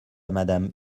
madame